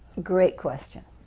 great question,